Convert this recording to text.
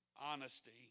honesty